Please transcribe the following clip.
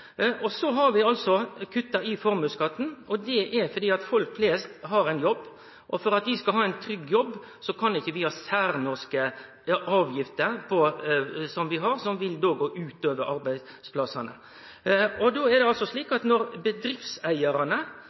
ut. Så har vi kutta i formuesskatten. Det er fordi folk flest har ein jobb, og for at dei skal ha ein trygg jobb, kan vi ikkje ha særnorske avgifter som vil gå ut over arbeidsplassane. Då er det slik at når bedriftseigarane